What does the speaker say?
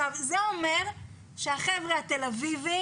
זה אומר שהחבר'ה מתל אביב,